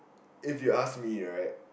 if you ask me right